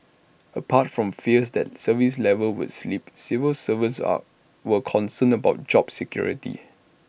apart from fears that service levels would slip civil servants are were concerned about job security